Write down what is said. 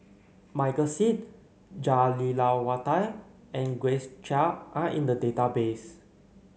Michael Seet Jah Lelawati and Grace Chia are in the database